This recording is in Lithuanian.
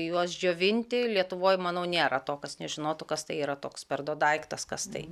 juos džiovinti lietuvoj manau nėra to kas nežinotų kas tai yra toks per du daiktas kas tai